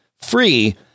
free